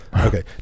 okay